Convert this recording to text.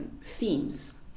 themes